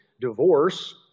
divorce